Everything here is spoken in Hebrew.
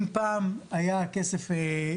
אם פעם היה כסף,